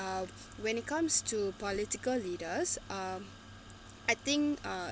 uh when it comes to political leaders um I think uh